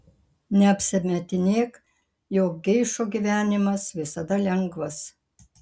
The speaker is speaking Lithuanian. neapsimetinėk jog geišų gyvenimas visada lengvas